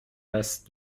lasse